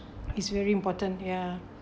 it's very important ya